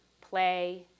play